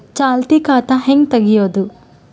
ಚಾಲತಿ ಖಾತಾ ಹೆಂಗ್ ತಗೆಯದು?